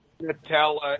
Nutella